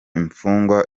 imfungwa